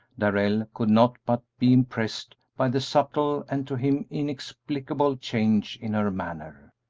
darrell could not but be impressed by the subtle and to him inexplicable change in her manner.